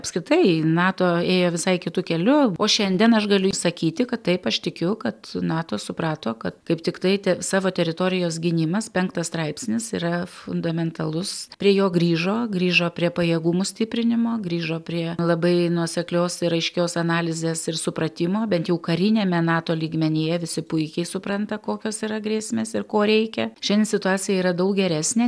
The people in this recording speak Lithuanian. apskritai nato ėjo visai kitu keliu o šiandien aš galiu įsakyti kad taip aš tikiu kad nato suprato kad kaip tiktai tiek savo teritorijos gynimas penktas straipsnis yra fundamentalus prie jo grįžo grįžo prie pajėgumų stiprinimo grįžo prie labai nuoseklios ir aiškios analizės ir supratimo bent jau kariniame nato lygmenyje visi puikiai supranta kokios yra grėsmės ir ko reikia šiandien situacija yra daug geresnė